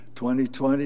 2020